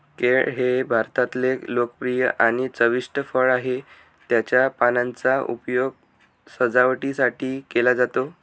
केळ हे भारतातले लोकप्रिय आणि चविष्ट फळ आहे, त्याच्या पानांचा उपयोग सजावटीसाठी केला जातो